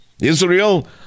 Israel